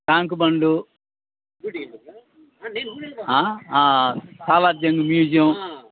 tank Bund Salar Jung museum